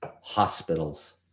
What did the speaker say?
hospitals